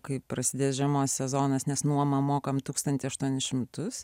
kai prasidės žiemos sezonas nes nuomą mokam tūkstantį aštuonis šimtus